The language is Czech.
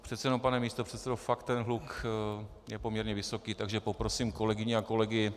Přece jenom, pane místopředsedo, fakt ten hluk je poměrně vysoký, takže poprosím kolegyně a kolegy...